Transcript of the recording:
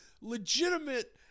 legitimate